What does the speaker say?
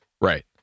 Right